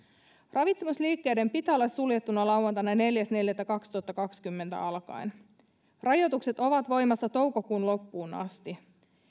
ravitsemusliikkeiden pitää olla suljettuna lauantaina neljäs neljättä kaksituhattakaksikymmentä alkaen rajoitukset ovat voimassa toukokuun loppuun asti